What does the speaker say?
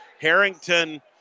Harrington